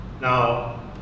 Now